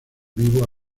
vivo